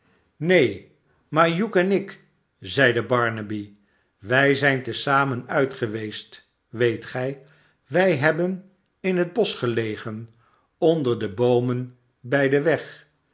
maar hugh en ik zeide barnaby wij zijn te zamen uit geweest weet gij wij hebben in het bosch gelegen onder de boomen bij den weg